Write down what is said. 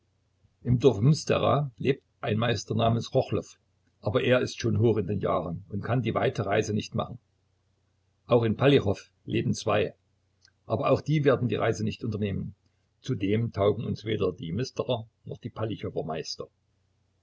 im dorfe mstera lebt ein meister namens chochlow aber er ist schon hoch in den jahren und kann die weite reise nicht machen auch in palichow leben zwei aber auch die werden die reise nicht unternehmen zudem taugen uns weder die msterer noch die palichower meister